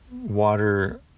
water